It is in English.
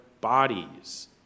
bodies